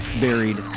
buried